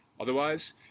otherwise